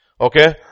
Okay